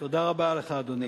תודה רבה לך, אדוני.